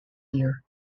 year